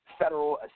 federal